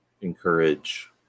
encourage